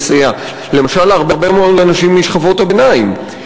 למשל להרבה מאוד אנשים משכבות הביניים: